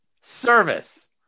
service